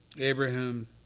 Abraham